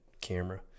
camera